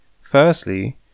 Firstly